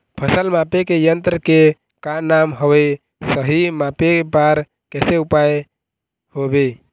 फसल मापे के यन्त्र के का नाम हवे, सही मापे बार कैसे उपाय हवे?